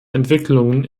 entwicklungen